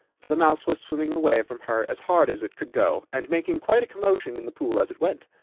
for the mouse was swimming away from her as hard as it could go, and making quite a commotion in the pool as it went.